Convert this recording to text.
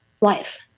life